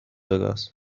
وگاس